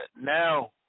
now